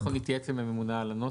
אנחנו נתייעץ עם הממונה על הנוסח,